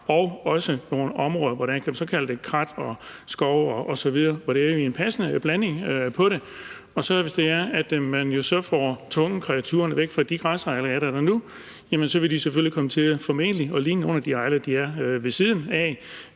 og nogle områder, hvor der er krat, skov osv., så der er en passende blanding. Og hvis det er, at man får tvunget kreaturerne væk fra de græsarealer, der er der nu, vil de formentlig komme til at ligne nogle af de arealer, der er ved siden af.